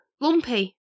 Lumpy